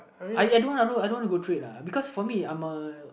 I uh I don't want I don't want to go trade uh because for me I'm a